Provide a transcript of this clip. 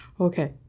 Okay